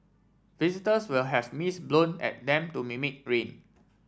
visitors will have mist blown at them to mimic rain